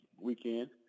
weekend